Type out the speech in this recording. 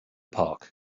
park